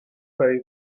pay